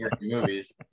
movies